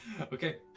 Okay